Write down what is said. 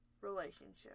relationship